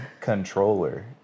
controller